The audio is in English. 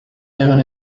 haven